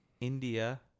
India